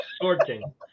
Sorting